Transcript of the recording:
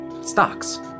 Stocks